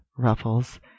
ruffles